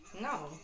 No